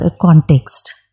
context